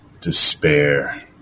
despair